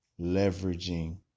leveraging